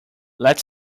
let